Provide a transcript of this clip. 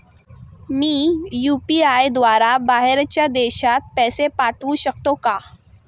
मी UPI द्वारे बाहेरच्या देशात पैसे पाठवू शकतो का?